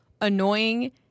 annoying